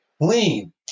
lean